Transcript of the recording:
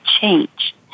change